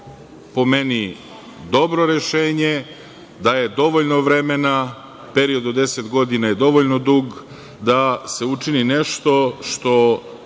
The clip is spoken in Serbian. po meni je dobro rešenje, daje dovoljno vremena, period od 10 godina je dovoljno dug da se učini nešto što